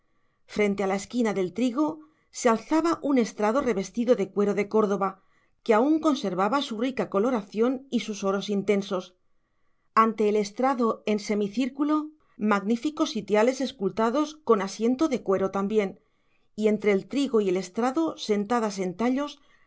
frente a la esquina del trigo se alzaba un estrado revestido de cuero de córdoba que aún conservaba su rica coloración y sus oros intensos ante el estrado en semicírculo magníficos sitiales escultados con asiento de cuero también y entre el trigo y el estrado sentadas en tallos asientos de